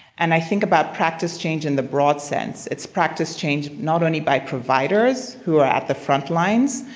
and i think about practice change in the broad sense it's practice change not only by providers who are at the front lines,